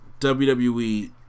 WWE